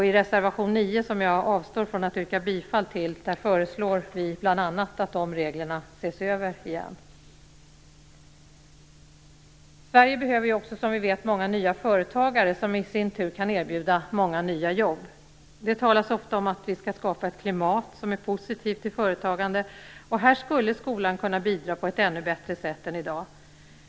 I reservation 9, som jag avstår från att yrka bifall till, föreslår vi bl.a. att de reglerna ses över igen. Sverige behöver också, som vi vet, många nya företagare, som i sin tur kan erbjuda många nya jobb. Det talas ofta om att vi skall skapa ett klimat som är positivt till företagande. Här skulle skolan kunna bidra på ett ännu bättre sätt än i dag.